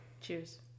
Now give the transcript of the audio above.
cheers